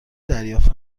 دریافت